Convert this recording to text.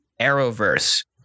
Arrowverse